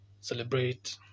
celebrate